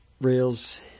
rails